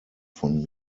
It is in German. von